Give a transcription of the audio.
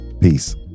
Peace